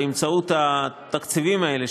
באמצעות התקציבים האלה,